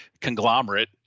conglomerate